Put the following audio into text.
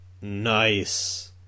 Nice